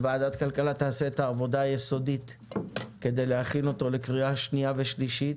ועדת כלכלה תעשה את העבודה היסודית כדי להכין אותו לקריאה שנייה ושלישית